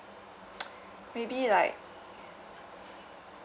maybe like